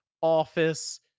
office